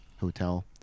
hotel